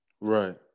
right